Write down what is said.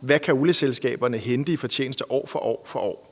hvad olieselskaberne kan hente i fortjeneste år for år; og når